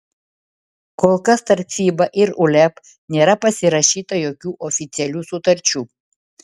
kol kas tarp fiba ir uleb nėra pasirašyta jokių oficialių sutarčių